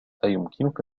أيمكنك